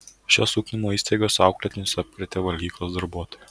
šios ugdymo įstaigos auklėtinius apkrėtė valgyklos darbuotoja